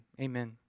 Amen